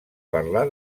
parlar